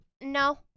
no